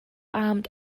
armed